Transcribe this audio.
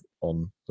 on